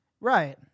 Right